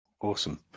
Awesome